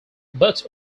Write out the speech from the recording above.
but